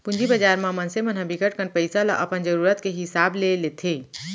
पूंजी बजार म मनसे मन ह बिकट कन पइसा ल अपन जरूरत के हिसाब ले लेथे